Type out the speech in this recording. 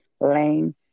Lane